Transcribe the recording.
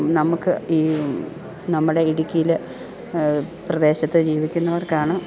നമ്മൾക്ക് ഈ നമ്മുടെ ഇടുക്കിയിൽ പ്രദേശത്ത് ജീവിക്കുന്നവർക്കാണ്